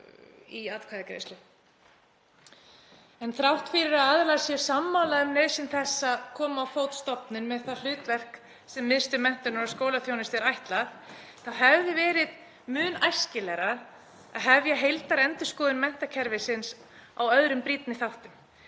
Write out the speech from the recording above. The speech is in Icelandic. Þrátt fyrir að aðilar séu sammála um nauðsyn þess að koma á fót stofnun með það hlutverk sem Miðstöð menntunar og skólaþjónustu er ætlað þá hefði verið mun æskilegra að hefja heildarendurskoðun menntakerfisins á öðrum brýnni þáttum.